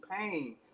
pain